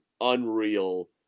unreal